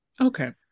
Okay